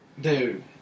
Dude